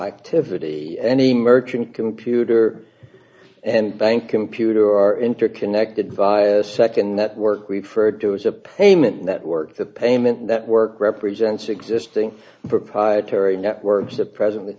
activity any merchant computer and bank computer are interconnected via second network referred to as a payment network the payment network represents existing proprietary networks that present